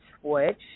switch